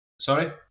Sorry